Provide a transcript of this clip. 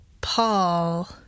Paul